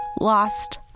lost